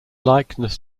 likeness